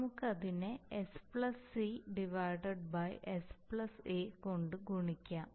നമുക്ക് അതിനെ s c s a കൊണ്ട് ഗുണിക്കാം